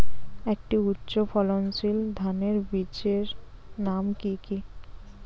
একটি উচ্চ ফলনশীল ধানের বীজের নাম কী?